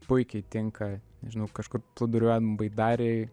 puikiai tinka nežinau kažkur plūduriuojant baidarėj